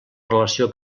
relació